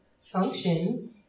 function